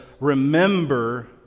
remember